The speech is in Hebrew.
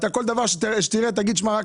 אתה כל דבר שתראה תגיד: שמע,